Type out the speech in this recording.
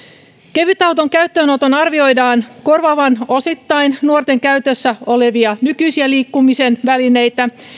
kevytauton käyttöönoton arvioidaan korvaavan osittain nuorten käytössä olevia nykyisiä liikkumisen välineitä